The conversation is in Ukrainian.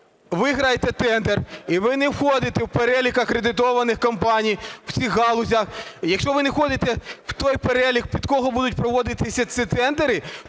виграєте тендер і ви не входите в перелік акредитованих компаній в цих галузях, якщо ви не входите в той перелік, під кого будуть проводитися ці тендери,